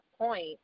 point